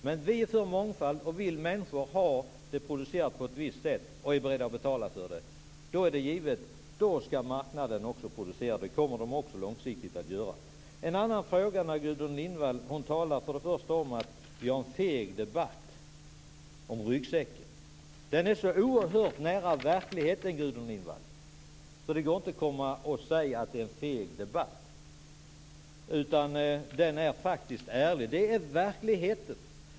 Men vi är för mångfald, och vill människor ha sina livsmedel producerade på ett visst sätt och är beredda att betala för det är det givet att marknaden också skall producera. Det kommer den också långsiktigt att göra. Gudrun Lindvall talar om att vi har en feg debatt om ryggsäcken. Den är så oerhört nära verkligheten, Gudrun Lindvall, så det går inte att komma och säga att det är en feg debatt. Den är faktiskt ärlig. Det är verkligheten.